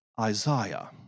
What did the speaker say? Isaiah